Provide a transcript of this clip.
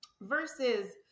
versus